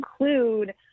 include